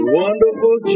wonderful